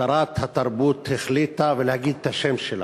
שרת התרבות החליטה, ולהגיד את השם שלה.